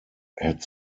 had